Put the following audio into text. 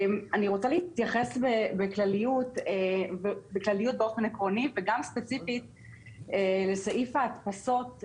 אני רוצה להתייחס בכלליות באופן עקרוני וגם ספציפית לסעיף ההדפסות,